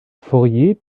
fourier